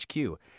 HQ